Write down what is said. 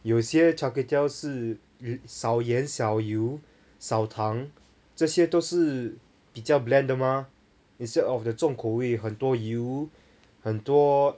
有些 char kway teow 是少盐少油少糖这些都是比较 bland 的 mah instead of the 重口味有很多油很多